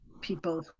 people